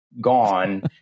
gone